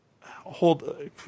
hold